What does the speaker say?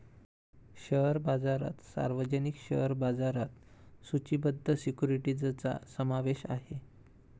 share बाजारात सार्वजनिक share बाजारात सूचीबद्ध सिक्युरिटीजचा समावेश आहे